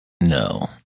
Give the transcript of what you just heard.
No